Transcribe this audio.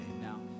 Now